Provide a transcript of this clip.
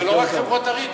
אבל לא רק חברות הריט,